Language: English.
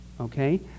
Okay